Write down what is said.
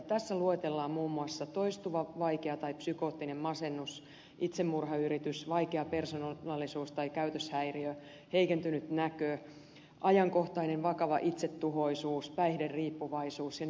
tässä luetellaan muun muassa toistuva vaikea tai psykoottinen masennus itsemurhayritys vaikea persoonallisuus tai käytöshäiriö heikentynyt näkö ajankohtainen vakava itsetuhoisuus päihderiippuvaisuus ja niin edelleen